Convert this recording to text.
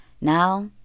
Now